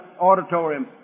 auditorium